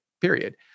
period